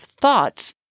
thoughts